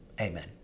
Amen